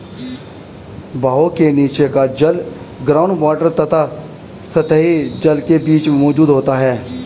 बहाव के नीचे का जल ग्राउंड वॉटर तथा सतही जल के बीच मौजूद होता है